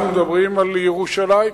אנחנו מדברים על ירושלים,